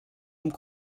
amb